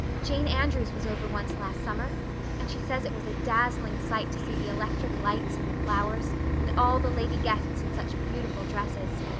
jane andrews was over once last summer and she says it was a dazzling sight to see the electric lights and the flowers and all the lady guests in such beautiful dresses.